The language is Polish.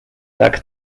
tak